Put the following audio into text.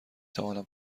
توانم